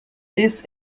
this